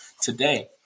today